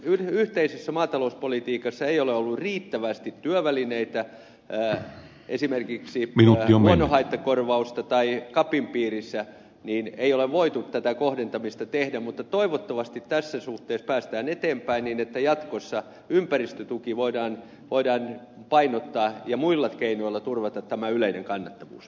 kun yhteisessä maatalouspolitiikassa ei ole ollut riittävästi työvälineitä esimerkiksi luonnonhaittakorvausta tai capin piirissä niin ei ole voitu tätä kohdentamista tehdä mutta toivottavasti tässä suhteessa päästään eteenpäin niin että jatkossa ympäristötuki voidaan painottaa ja muilla keinoilla turvata tämä yleinen kannattavuus